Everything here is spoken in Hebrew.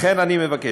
לכן אני מבקש,